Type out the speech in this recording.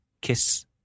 kiss